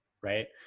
right